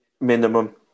Minimum